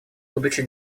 будучи